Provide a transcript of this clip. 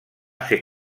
ser